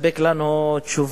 יספק לנו תשובה,